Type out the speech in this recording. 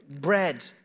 Bread